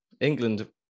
England